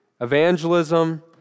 evangelism